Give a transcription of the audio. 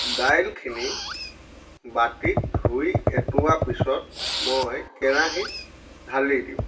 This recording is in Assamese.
দাইলখিনি বাতিত ধুই অতোৱা পিছত মই কেৰাহীত ঢালি দিওঁ